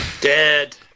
Dead